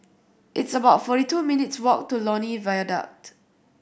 it's about forty two minutes' walk to Lornie Viaduct